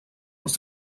was